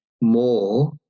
more